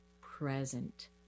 present